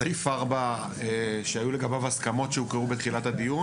סעיף 4 שהיו לגביו הסכמות שהוקראו בתחילת הדיון